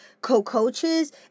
co-coaches